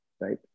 right